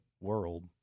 world